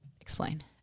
explain